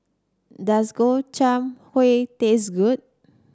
does Gobchang Gui taste good